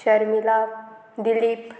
Sharmila Dilip